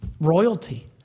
royalty